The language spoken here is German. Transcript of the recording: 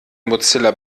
mozilla